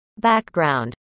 background